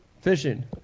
fishing